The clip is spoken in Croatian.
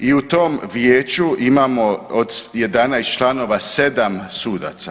I u tom vijeću imamo od 11 članova 7 sudaca.